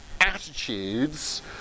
attitudes